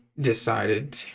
decided